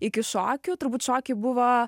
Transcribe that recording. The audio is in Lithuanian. iki šokių turbūt šokiai buvo